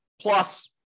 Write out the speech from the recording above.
plus